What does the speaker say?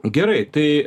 gerai tai